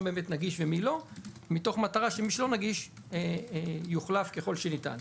באמת נגיש ומה לא מתוך מטרה שמה שלא נגיש יוחלף ככל שניתן.